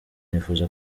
nifuza